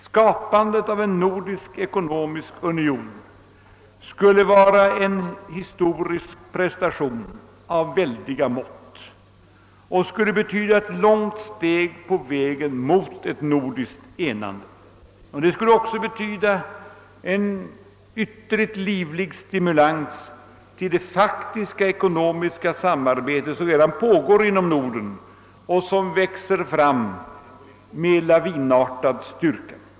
Skapandet av en nordisk ekonomisk union skulle vara en historisk prestation av väldiga mått och skulle betyda ett långt steg på vägen mot ett nordiskt enande. Det skulle också betyda en ytterligt livlig stimulans till det faktiska ekonomiska samarbete, som redan pågår inom Norden och som växer fram med lavinartad styrka.